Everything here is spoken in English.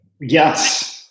Yes